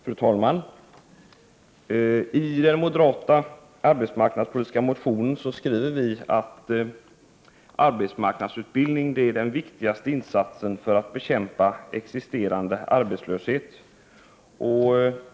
Fru talman! I moderaternas arbetsmarknadspolitiska motion skriver vi att arbetsmarknadsutbildning är den viktigaste insatsen för att bekämpa existe rande arbetslöshet.